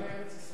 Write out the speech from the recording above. דקה אחת,